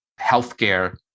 healthcare